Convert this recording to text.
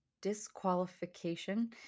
disqualification